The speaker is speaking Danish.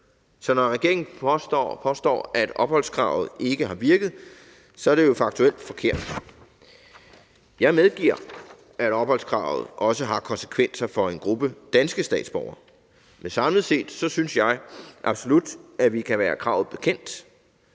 Så når regeringen påstår, at opholdskravet ikke har virket, er det jo faktuelt forkert. Jeg medgiver, at opholdskravet også har konsekvenser for en gruppe danske statsborgere, men samlet set synes jeg absolut, at vi kan være kravet bekendt.